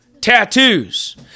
Tattoos